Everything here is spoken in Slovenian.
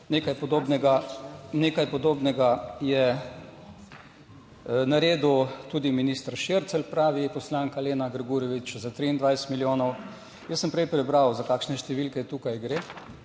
nekaj podobnega je naredil tudi minister Šircelj, pravi poslanka Lena Grgurevič. Za 23 milijonov, jaz sem prej prebral za kakšne številke tukaj gre.